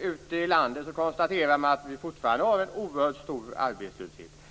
Ute i landet konstaterar man att vi fortfarande har en oerhört stor arbetslöshet.